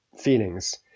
feelings